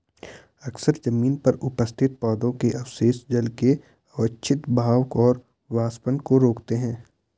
अक्सर जमीन पर उपस्थित पौधों के अवशेष जल के अवांछित बहाव और वाष्पन को रोकते हैं